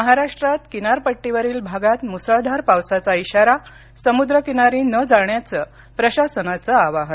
महाराष्ट्रात किनारपट्टीवरील भागात मुसळधार पावसाचा इशारा समुद्रकिनारी न जाण्याचं प्रशासनाचं आवाहन